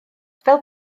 fel